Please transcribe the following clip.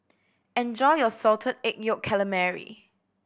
enjoy your Salted Egg Yolk Calamari